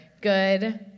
good